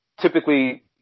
typically